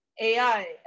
AI